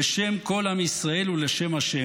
בשם כל עם ישראל ולשם השם,